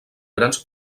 grans